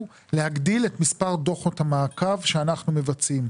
להגדיל את מספר דוחות המעקב שאנחנו מבצעים.